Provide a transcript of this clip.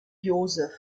joseph